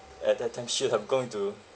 at that time should have gone into